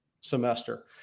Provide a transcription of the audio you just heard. semester